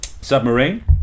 Submarine